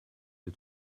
des